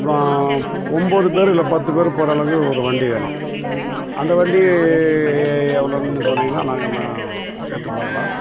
அப்புறம் ஒம்போது பேர் இல்லை பத்து பேர் போகிற அளவுக்கு ஒரு வண்டி வேணும் அந்த வண்டி எவ்வளோன்னு சொன்னீங்கன்னா நாங்கள் சேர்த்து பார்க்கலாம்